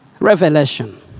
Revelation